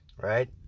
right